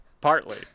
Partly